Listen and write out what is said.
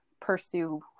pursue